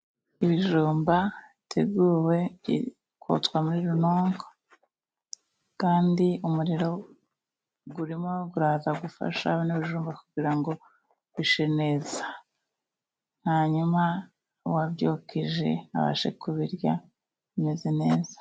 Ibijumba biteguwe kotswa muri runonko, kandi umuriro urimo uraza gufasha no hejuru kugira ngo bishye neza, hanyuma uwabyukije abashe kubirya bimeze neza.